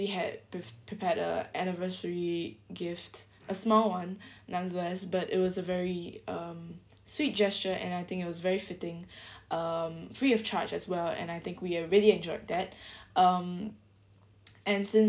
had pref~ prepared a anniversary gift a small [one] nonetheless but it was a very um sweet gesture and I think it was very fitting um free of charge as well and I think we uh really enjoyed that um and since